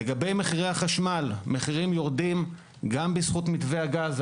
לגבי מחירי החשמל, הם יורדים גם בזכות מתווה הגז.